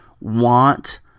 want